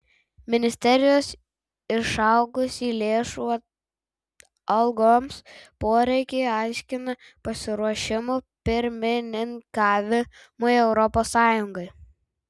ministerijos išaugusį lėšų algoms poreikį aiškina pasiruošimu pirmininkavimui europos sąjungai